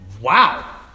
wow